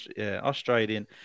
Australian